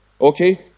Okay